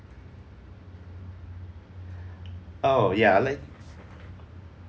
oh ya I'd like